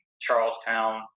Charlestown